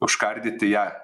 užkardyti ją